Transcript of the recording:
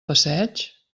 passeig